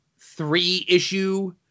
three-issue